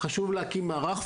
חשוב להקים מערך.